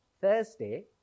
Thursday